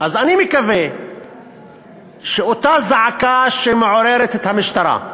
אז אני מקווה שאותה זעקה שמעוררת את המשטרה,